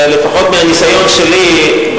ולפחות מהניסיון שלי,